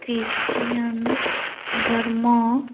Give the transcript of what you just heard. Christian ଧର୍ମ